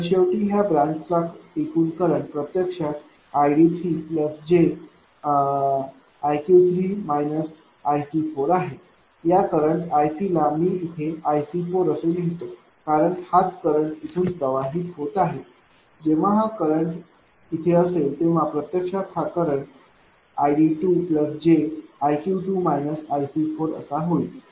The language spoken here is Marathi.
तर शेवटी ह्या ब्रांच चा एकूण करंट प्रत्यक्षात id3j आहे या करंट iCला मी इथे iC4असे लिहीतो कारण हाच करंट इथून प्रवाहित होत आहे जेव्हा हा करंट येथे असेल तेव्हा प्रत्यक्षात हा करंटid2 j असा होईल